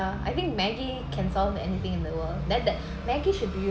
yeah I think maggi can solve anything in the world that that maggi should be used